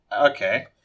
Okay